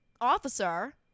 officer